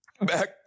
back